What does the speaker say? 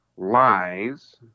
lies